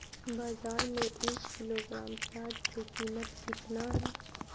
बाजार में एक किलोग्राम प्याज के कीमत कितना हाय?